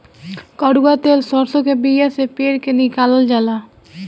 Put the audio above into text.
कड़ुआ तेल सरसों के बिया से पेर के निकालल जाला